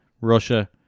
Russia